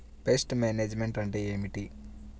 Pest management అంటే ఏమిటి?